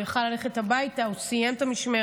הוא יכול היה ללכת הביתה, הוא סיים את המשמרת.